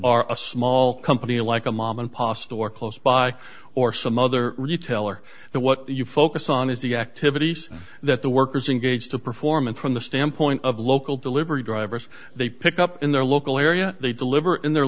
are small company like a mom and pop store close by or some other retailer that what you focus on is the activities that the workers engage to perform and from the standpoint of local delivery drivers they pick up in their local area they deliver in their